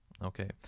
Okay